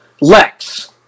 Lex